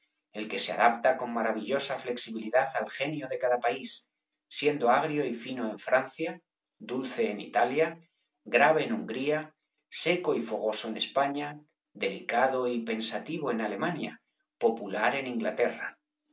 el que se adapta con maravillosa flexibilidad al genio de cada país siendo agrio y fino en francia dulce en italia grave en hungría seco y fogoso en españa delicado y pensativo en alemania popular en inglaterra